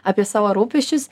apie savo rūpesčius